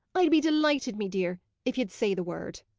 i'd be delighted, me dear, if ye'd say the word.